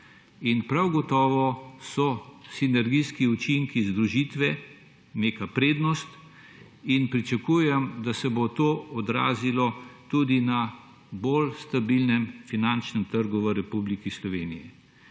Prav gotovo so sinergijski učinki združitve neka prednost in pričakujem, da se bo to odrazilo tudi na bolj stabilnem finančnem trgu v Republiki Sloveniji.